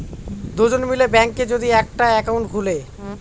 দুজন মিলে ব্যাঙ্কে যদি একটা একাউন্ট খুলে